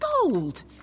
gold